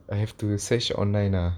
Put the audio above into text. I have to search online ah